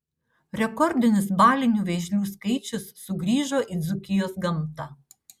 rekordinis balinių vėžlių skaičius sugrįžo į dzūkijos gamtą